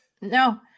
No